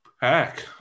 back